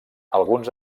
alguns